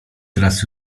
teraz